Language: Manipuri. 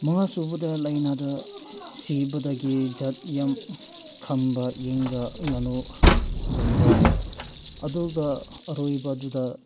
ꯃꯉꯥ ꯁꯨꯕꯗ ꯂꯩꯅꯥꯗ ꯁꯤꯕꯗꯒꯤ ꯖꯥꯠ ꯌꯥꯝ ꯈꯪꯕ ꯌꯦꯟꯒ ꯉꯥꯅꯨꯒꯨꯝꯕ ꯑꯗꯨꯒ ꯑꯔꯣꯏꯕꯗꯨꯗ